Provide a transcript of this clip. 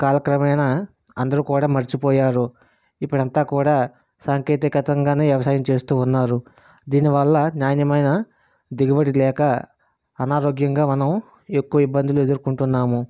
కాలక్రమేణా అందరూ కూడా మర్చిపోయారు ఇప్పుడు అంతా కూడా సాంకేతికతంగానే వ్యవసాయం చేస్తూ ఉన్నారు దీనివల్ల నాణ్యమైన దిగుబడి లేక అనారోగ్యంగా మనం ఎక్కువ ఇబ్బందులు ఎదుర్కొంటున్నాము